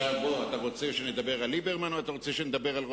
עכשיו אתה רוצה שנדבר על ליברמן,